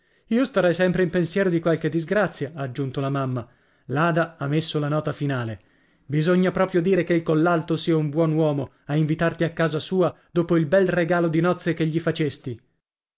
io starei sempre in pensiero di qualche disgrazia ha aggiunto la mamma l'ada ha messo la nota finale bisogna proprio dire che il collalto sia un buon uomo a invitarti a casa sua dopo il bel regalo di nozze che gli facesti